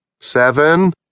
Seven